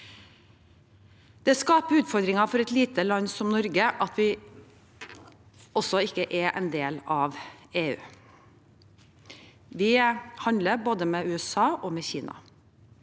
Det skaper utfordringer for et lite land som Norge at vi ikke er en del av EU. Vi handler både med USA og med Kina.